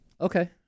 Okay